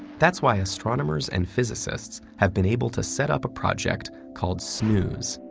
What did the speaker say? that's why astronomers and physicists have been able to set up a project called snews,